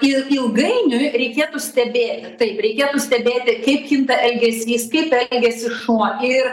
ir ilgainiui reikėtų stebėti taip reikėtų stebėti kaip kinta elgesys kaip elgiasi šuo ir